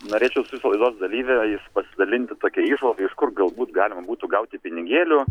norėčiau su jūsų laidos dalyviais pasidalinti pasidalint tokia įžvalga iš kur galbūt galima būtų gauti pinigėlių